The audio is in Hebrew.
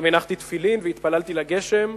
גם הנחתי תפילין והתפללתי לגשם.